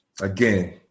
again